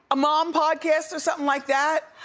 a mom podcast or something like that.